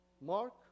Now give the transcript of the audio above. Mark